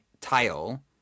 tile